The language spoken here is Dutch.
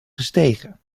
gestegen